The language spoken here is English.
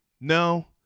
No